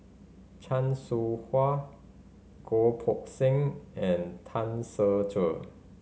Chan Soh Ha Goh Poh Seng and Tan Ser Cher